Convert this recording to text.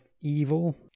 evil